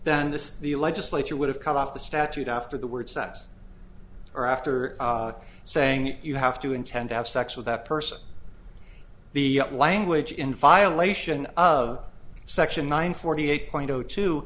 then this the legislature would have cut off the statute after the word sax or after saying you have to intend to have sex with that person the language in violation of section nine forty eight point